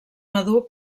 madur